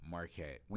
Marquette